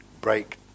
Break